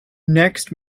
next